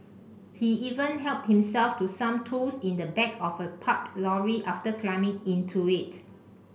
he even helped himself to some tools in the back of a parked lorry after climbing into it